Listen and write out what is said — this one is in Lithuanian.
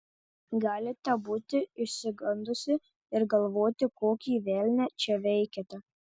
galite būti išsigandusi ir galvoti kokį velnią čia veikiate